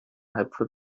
halbvoll